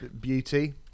beauty